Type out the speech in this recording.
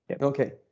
Okay